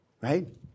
right